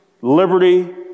liberty